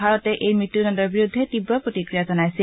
ভাৰতে এই মৃত্যূদণ্ডৰ বিৰুদ্ধে তীৱ প্ৰতিক্ৰিয়া জনাইছিল